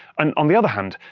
and on the other hand,